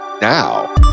now